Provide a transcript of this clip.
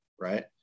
Right